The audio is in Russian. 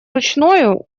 ручною